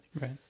Right